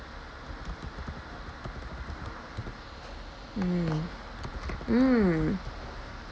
mm mm